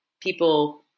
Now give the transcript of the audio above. people